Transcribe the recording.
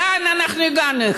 לאן אנחנו הגענו?